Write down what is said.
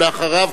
ואחריו,